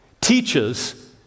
teaches